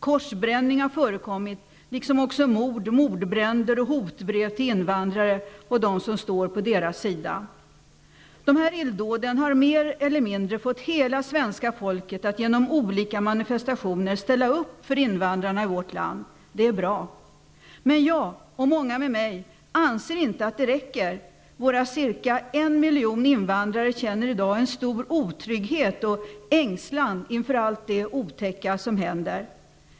Korsbränning har förekommit, liksom också mord, mordbränder och hotbrev till invandrare och de som står på deras sida. Dessa illdåd har mer eller mindre fått hela svenska folket att genom olika manifestationer ställa upp för invandrare i vårt land. Det är bra. Men jag och många med mig anser inte att det räcker. Våra cirka en miljon invandrare känner i dag en stor otrygghet och ängslan inför allt det otäcka som händer.